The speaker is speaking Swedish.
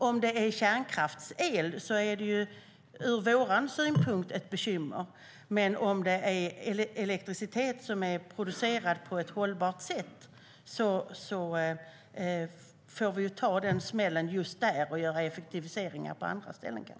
Om det är kärnkraftsel är det ur vår synpunkt ett bekymmer, men om det är elektricitet som är producerad på ett hållbart sätt får vi ta den smällen just där och göra effektiviseringar på andra ställen.